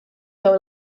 dawn